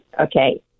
okay